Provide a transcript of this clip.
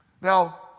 Now